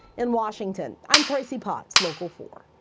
in washington, i'm tracie potts, local four.